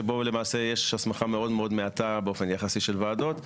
שבו למעשה יש הסמכה מאוד מאוד מעטה באופן יחסי של ועדות,